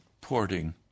porting